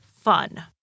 fun